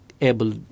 able